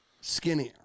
skinnier